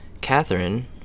Catherine